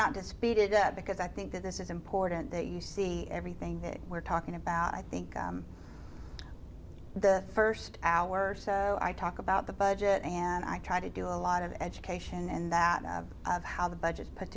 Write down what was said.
not to speed it up because i think that this is important that you see everything that we're talking about i think the st hour or so i talk about the budget and i try to do a lot of education in that how the budgets put